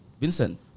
Vincent